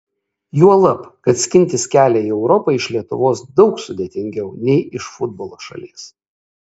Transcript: juolab kad skintis kelią į europą iš lietuvos daug sudėtingiau nei iš futbolo šalies